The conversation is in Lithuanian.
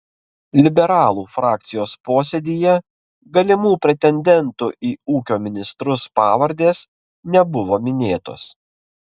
liberalų frakcijos posėdyje galimų pretendentų į ūkio ministrus pavardės nebuvo minėtos